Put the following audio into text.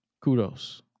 kudos